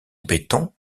béton